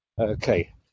Okay